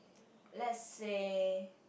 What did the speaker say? lets say